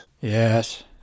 Yes